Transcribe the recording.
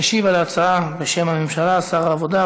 ישיב על ההצעה בשם הממשלה שר העבודה,